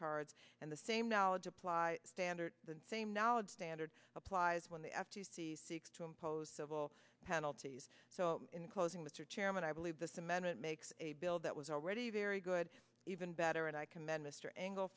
cards and the same knowledge apply standard the same knowledge standard applies when the f t c seeks to impose civil penalties so in closing the chairman i believe this amendment makes a bill that was already very good even better and i commend mr angle